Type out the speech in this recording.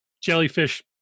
jellyfish